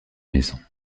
maison